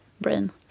brain